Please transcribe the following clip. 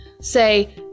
say